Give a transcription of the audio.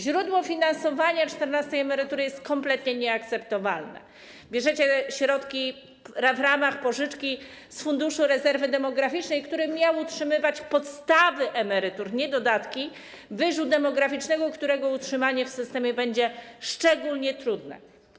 Źródło finansowania czternastej emerytury jest kompletnie nieakceptowalne, bierzecie środki - w ramach pożyczki z Funduszu Rezerwy Demograficznej - który miał utrzymywać podstawy emerytur, nie dodatki, wyżu demograficznego, którego utrzymanie w systemie będzie szczególnie trudne.